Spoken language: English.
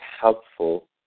helpful